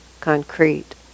concrete